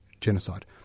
genocide